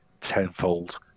tenfold